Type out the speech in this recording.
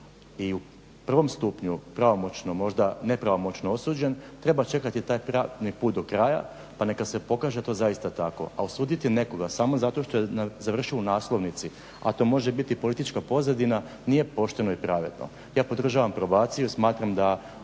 i u prvom stupnju pravomoćno možda nepravomoćno osuđen treba čekati taj pravni put do kraja pa neka se pokaže to zaista tako. A osuditi nekoga samo zato što je završio u naslovnici, a to može biti politička pozadina nije pošteno i pravedno. Ja podržavam probaciju, smatram da